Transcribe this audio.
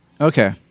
Okay